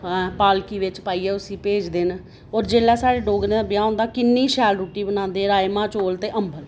पालकी बिच्च पाइयै उसी भेजदे न होर जेल्लै साढ़े डोगरें दा ब्याह् होंदा किन्नी शैल रूट्टी बनांदे राजमां चोल ते अम्बल